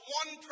one